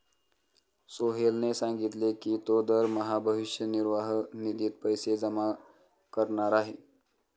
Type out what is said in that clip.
सोहेलने सांगितले की तो दरमहा भविष्य निर्वाह निधीत पैसे जमा करणार आहे